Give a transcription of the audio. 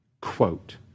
Quote